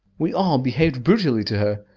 we all behaved brutally to her.